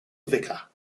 vicar